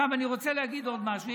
עכשיו אני רוצה להגיד עוד משהו.